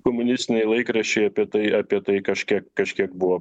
komunistiniai laikraščiai apie tai apie tai kažkiek kažkiek buvo